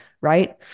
Right